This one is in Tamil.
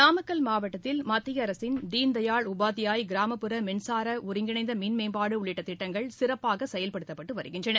நாமக்கல் மாவட்டத்தில் மத்திய அரசின் தீன்தயாள் உபாத்யாய் கிராமப்புற மின்சாரம் ஒருங்கிணைந்த மின் மேம்பாடு உள்ளிட்ட திட்டங்கள் சிறப்பாக செயல்படுத்தப்பட்டு வருகின்றன